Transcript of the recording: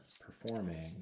performing